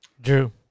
drew